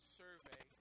survey